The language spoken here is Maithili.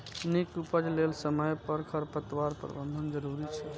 नीक उपज लेल समय पर खरपतवार प्रबंधन जरूरी छै